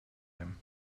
him